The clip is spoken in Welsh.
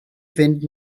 fynd